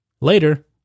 Later